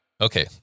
Okay